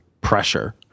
pressure